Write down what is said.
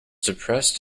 depressed